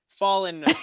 Fallen